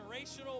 generational